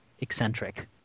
eccentric